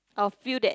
I'll feel that